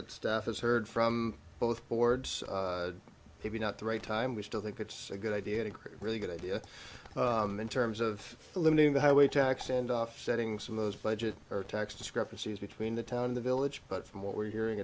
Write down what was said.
that stuff is heard from both boards maybe not the right time we still think it's a good idea to get really good idea in terms of limiting the highway tax and offsetting some of those budget or tax discrepancies between the town in the village but from what we're hearing